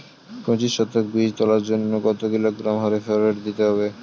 পঁচিশ শতক বীজ তলার জন্য কত কিলোগ্রাম হারে ফোরেট দিতে হবে?